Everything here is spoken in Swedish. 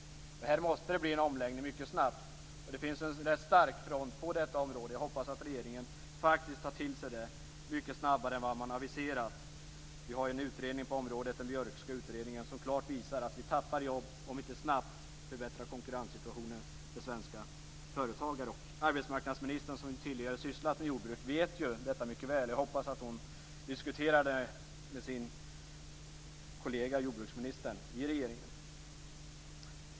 Här måste det bli en omläggning mycket snabbt. Det finns en ganska stark front på detta område. Jag hoppas att regeringen tar till sig det och gör något mycket snabbare än vad man har aviserat. Vi har ju en utredning på området, den Björkska utredningen, som klart visar att vi tappar jobb om vi inte snabbt förbättrar konkurrenssituationen för svenska företagare. Arbetsmarknadsministern, som ju tidigare sysslat med jordbruk, vet ju detta mycket väl. Jag hoppas att hon diskuterar det med sin kollega jordbruksministern i regeringen.